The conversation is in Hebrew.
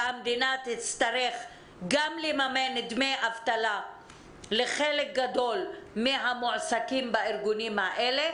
והמדינה תצטרך גם לממן דמי אבטלה לחלק גדול מהמועסקים בארגונים האלה,